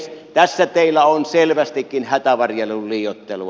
tässä teillä on selvästikin hätävarjelun liioittelua